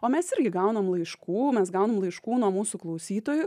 o mes irgi gaunam laiškų mes gaunam laiškų nuo mūsų klausytojų